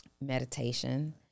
Meditation